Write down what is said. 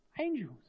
Angels